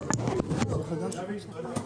להצביע.